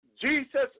Jesus